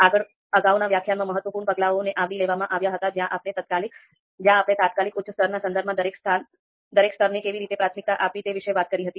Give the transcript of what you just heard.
આગળ અગાઉના વ્યાખ્યાનમાં મહત્વપૂર્ણ પગલાઓને આવરી લેવામાં આવ્યાં હતાં જ્યાં આપણે તાત્કાલિક ઉચ્ચ સ્તરના સંદર્ભમાં દરેક સ્તરને કેવી રીતે પ્રાથમિકતા આપવી તે વિશે વાત કરી હતી